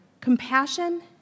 compassion